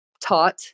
taught